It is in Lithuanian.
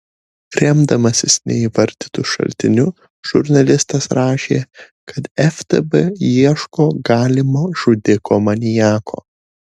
remdamasis neįvardytu šaltiniu žurnalistas rašė kad ftb ieško galimo žudiko maniako